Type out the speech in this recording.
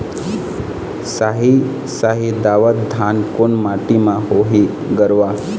साही शाही दावत धान कोन माटी म होही गरवा?